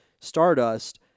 Stardust